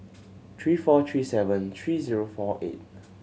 three four three seven three zero four eight